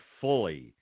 fully